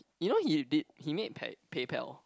you know he did he made like PayPal